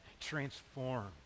transform